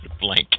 Blank